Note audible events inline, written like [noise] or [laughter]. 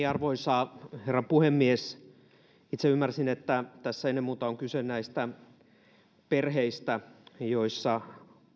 [unintelligible] arvoisa herra puhemies itse ymmärsin että tässä ennen muuta on kyse perheistä joissa